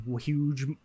huge